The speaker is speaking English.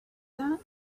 that